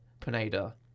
Pineda